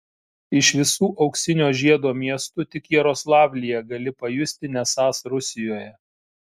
iš visų auksinio žiedo miestų tik jaroslavlyje gali pajusti nesąs rusijoje